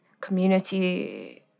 community